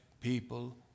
people